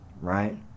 right